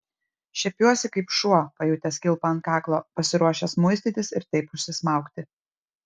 šiepiuosi kaip šuo pajutęs kilpą ant kaklo pasiruošęs muistytis ir taip užsismaugti